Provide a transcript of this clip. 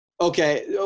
Okay